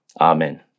Amen